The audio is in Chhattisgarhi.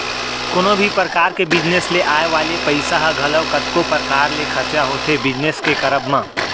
कोनो भी परकार के बिजनेस ले आय वाले पइसा ह घलौ कतको परकार ले खरचा होथे बिजनेस के करब म